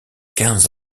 quinze